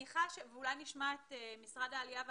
אולי נשמע את משרד העלייה והקליטה,